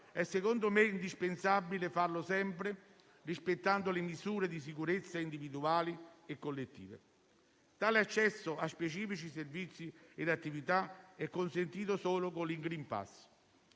è secondo me indispensabile rispettare sempre le misure di sicurezza individuali e collettive. Tale accesso a specifici servizi ed attività è consentito solo con il *green pass.*